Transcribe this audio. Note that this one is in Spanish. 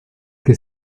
que